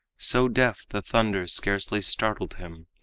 so deaf the thunder scarcely startled him,